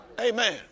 Amen